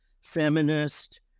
feminist